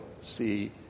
see